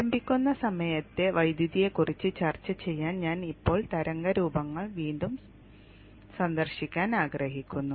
ആരംഭിക്കുന്ന സമയത്തെ വൈദ്യുതിയെക്കുറിച്ച് ചർച്ച ചെയ്യാൻ ഞാൻ ഇപ്പോൾ തരംഗ രൂപങ്ങൾ വീണ്ടും സന്ദർശിക്കാൻ ആഗ്രഹിക്കുന്നു